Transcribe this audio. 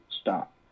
stop